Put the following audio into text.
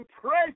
pray